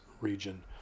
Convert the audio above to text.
region